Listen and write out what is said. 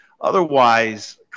Otherwise